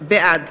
בעד